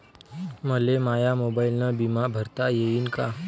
मले माया मोबाईलनं बिमा भरता येईन का?